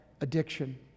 addiction